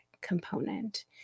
component